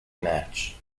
match